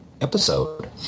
episode